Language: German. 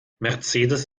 mercedes